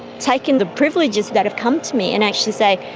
taken the privileges that have come to me and actually say,